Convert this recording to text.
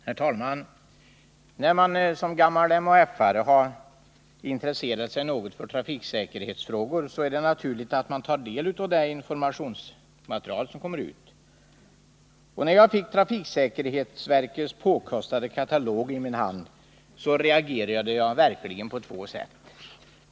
Herr talman! När man som gammal MHF-are har intresserat sig något för trafiksäkerhetsfrågor, är det naturligt att man tar del av det informationsmaterial som kommer ut. När jag fick trafiksäkerhetsverkets påkostade katalog i min hand reagerade jag verkligen av två skäl.